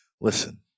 Listen